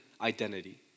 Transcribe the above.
identity